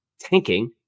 tanking